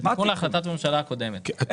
זה תיקון להחלטת הממשלה הקודמת.